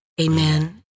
Amen